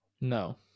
No